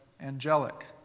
angelic